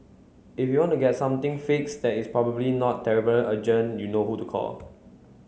if you want to get something fixed that is probably not terribly urgent you know who to call